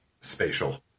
spatial